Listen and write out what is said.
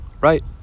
Right